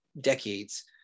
decades